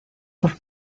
por